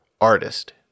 artist